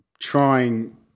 trying